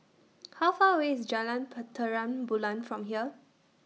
How Far away IS Jalan Terang Bulan from here